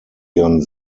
ihren